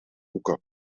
hoeken